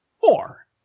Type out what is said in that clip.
Four